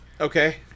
Okay